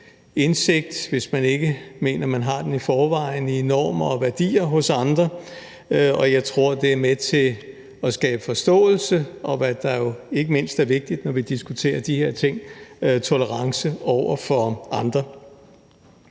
indsigt, hvis man ikke mener, at man har den i forvejen, i normer og værdier hos andre, og jeg tror, det er med til at skabe forståelse og – hvad der jo ikke mindst er vigtigt, når vi diskuterer de her ting – tolerance over for andre.